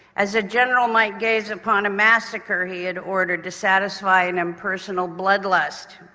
as a general might gaze upon a massacre he had ordered to satisfy an impersonal blood lust.